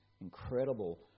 incredible